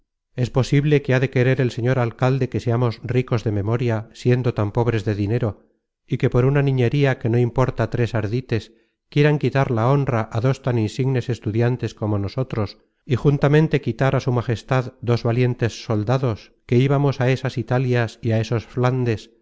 es posible que ha de querer el señor alcalde que seamos ricos de memoria siendo tan pobres de dinero y que por una niñería que no importa tres ardites quiera quitar la honra á dos tan insignes estudiantes como nosotros y juntamente quitar á su majestad dos valientes soldados que íbamos a esas italias y á esos flandes